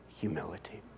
humility